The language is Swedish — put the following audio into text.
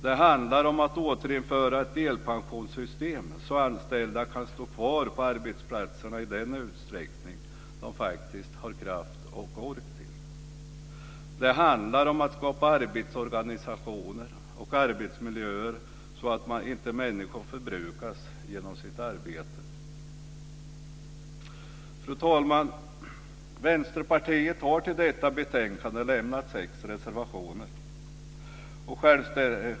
Det handlar om att återinföra ett delpensionssystem så att anställda kan vara kvar på arbetsplatserna i den utsträckning de har kraft och ork till. Det handlar om att skapa arbetsorganisationer och arbetsmiljöer så att människor inte förbrukas genom sitt arbete. Fru talman! Vänsterpartiet har till detta betänkande lämnat sex reservationer.